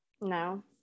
no